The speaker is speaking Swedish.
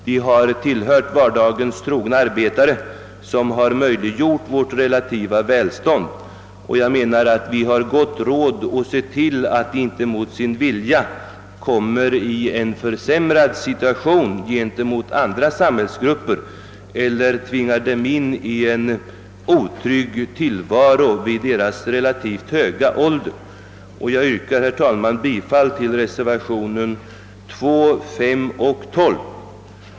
De har tillhört vardagens trogna arbetare som möjliggjort vårt relativa välstånd, och vi har råd att se till att de inte mot sin vilja kommer i en försämrad situation gentemot andra samhällsgrupper eller tvingas in i en otrygg tillvaro vid en relativt hög ålder. Jag yrkar, herr talman, bifall till reservationerna 2, 5 och 12.